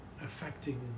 affecting